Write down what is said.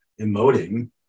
emoting